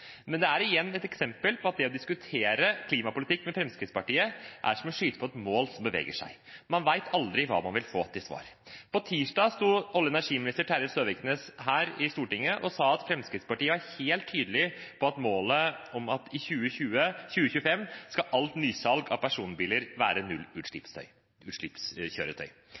Men det er igjen et eksempel på at det å diskutere klimapolitikk med Fremskrittspartiet er som å skyte på et mål som beveger seg. Man vet aldri hva man vil få til svar. På tirsdag sto olje- og energiminister Terje Søviknes her i Stortinget og sa at Fremskrittspartiet var helt tydelig på målet om at alt nysalg av personbiler i 2025 skal